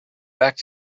back